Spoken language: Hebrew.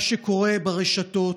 מה שקורה ברשתות,